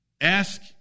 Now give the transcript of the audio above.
Ask